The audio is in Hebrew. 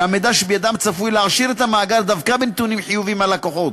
שהמידע שבידם צפוי להעשיר את המאגר דווקא בנתונים חיוביים על לקוחות.